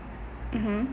mm